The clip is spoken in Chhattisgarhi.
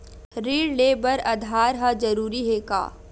ऋण ले बर आधार ह जरूरी हे का?